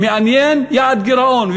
מעניין יעד גירעון,